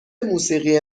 موسیقی